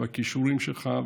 הכישורים שלך,